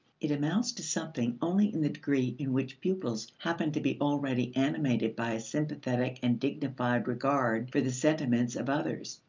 it amounts to something only in the degree in which pupils happen to be already animated by a sympathetic and dignified regard for the sentiments of others.